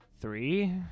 three